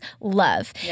love